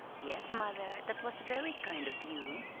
yes, mother that was very kind of you,